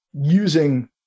using